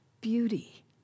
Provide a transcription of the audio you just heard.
beauty